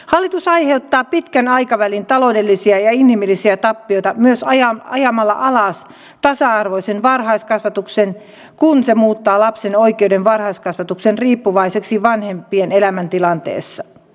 hallitus aiheuttaa pitkän aikavälin taloudellisia ja inhimillisiä tappioita myös ajamalla alas tasa arvoisen varhaiskasvatuksen kun se muuttaa lapsen oikeuden varhaiskasvatukseen riippuvaiseksi vanhempien elämäntilanteesta